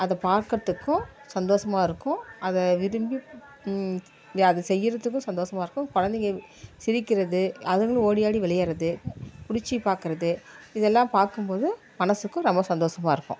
அதைப் பாக்கிறதுக்கும் சந்தோஷமா இருக்கும் அதை விரும்பி அத செய்கிறதுக்கும் சந்தோஷமா இருக்கும் குழந்தைங்க சிரிக்கிறது அதுங்களும் ஓடி ஆடி விளையாடுறது பிடிச்சிப் பாக்கிறது இதெல்லாம் பார்க்கும்போதும் மனதுக்கு ரொம்ப சந்தோஷமா இருக்கும்